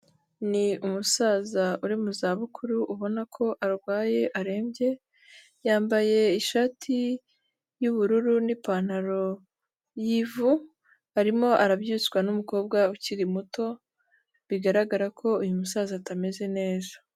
Ni umusaza uri mu zbukuru ubona ko arwaye arembye, yambaye ishati y'ubururu n'ipantaro y'ivu, arimo arabyutswa n'umukobwa ukiri muto bigaragara ko uyu musaza atameze neza.